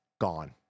gone